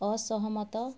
ଅସହମତ